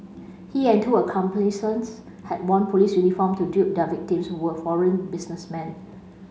he and two accomplices had worn police uniform to dupe their victims who were foreign businessmen